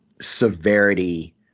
severity